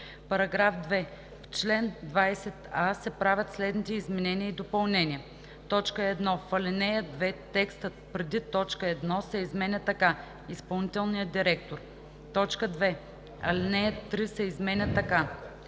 § 2: „§ 2. В чл. 20а се правят следните изменения и допълнения: 1. В ал. 2 текстът преди т. 1 се изменя така: „Изпълнителният директор:“. 2. Алинея 3 се изменя така: